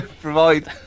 provide